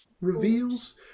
reveals